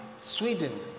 Sweden